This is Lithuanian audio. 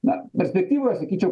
na perspektyvoj aš sakyčiau